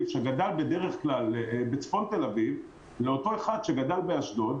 שגדל בדרך כלל בצפון תל אביב לאותו אחד שגדל באשדוד,